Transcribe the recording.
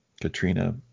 katrina